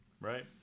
Right